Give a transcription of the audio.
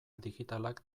digitalak